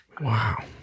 Wow